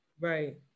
Right